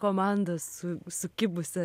komanda su sukibusi